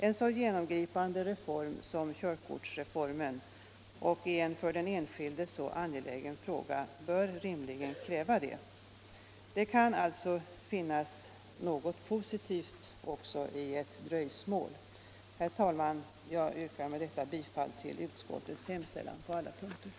En så genomgripande och för den enskilde så angelägen fråga bör som körkortsreformen rimligen kräva detta. Det kan alltså finnas något positivt också i ett dröjsmål. Herr talman! Jag yrkar med detta bifall till utskottets hemställan på alla punkter.